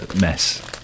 mess